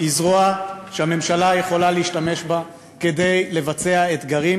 היא זרוע שהממשלה יכולה להשתמש בה כדי לבצע אתגרים,